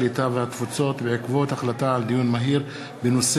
הקליטה והתפוצות בעקבות דיון מהיר בהצעה של חברת הכנסת טלי